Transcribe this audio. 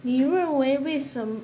你认为为什